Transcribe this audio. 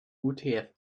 utf